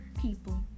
people